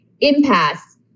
impasse